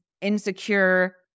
insecure